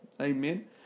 Amen